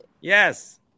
Yes